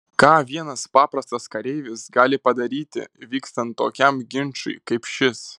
ką vienas paprastas kareivis gali padaryti vykstant tokiam ginčui kaip šis